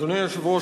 אדוני היושב-ראש,